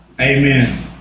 Amen